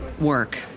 work